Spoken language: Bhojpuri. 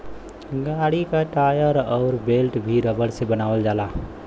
गाड़ी क टायर अउर बेल्ट भी रबर से बनावल जाला